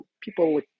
people